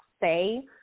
say